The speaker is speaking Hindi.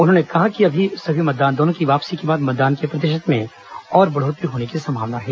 उन्होंने कहा कि सभी मतदान दलों की वापसी के बाद मतदान के प्रतिशत में और बढ़ोत्तरी होने की संभावना है